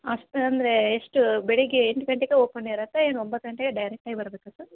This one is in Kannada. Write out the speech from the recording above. ಅಷ್ಟು ಅಂದರೆ ಎಷ್ಟು ಬೆಳಗ್ಗೆ ಎಂಟು ಗಂಟೆಗೆ ಓಪನ್ ಇರುತ್ತೆ ಏನು ಒಂಬತ್ತು ಗಂಟೆಗೆ ಡೈರೆಕ್ಟಾಗಿ ಬರಬೇಕ ಸರ್